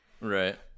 Right